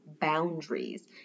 boundaries